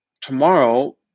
tomorrow